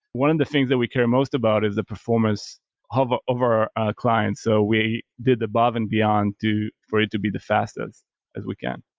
one of the things that we care most about is the performance of ah of our clients. so, we did above and beyond for it to be the fastest as we can.